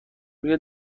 روی